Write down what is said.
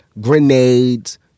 grenades